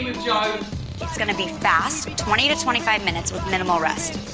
joan it's going to be fast, twenty to twenty five minutes with minimal rest.